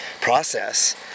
process